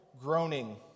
groaning